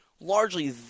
largely